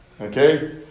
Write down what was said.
Okay